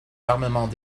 armements